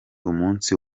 umunsi